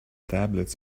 tablets